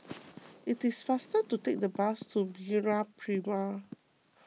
it is faster to take the bus to MeraPrime